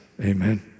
Amen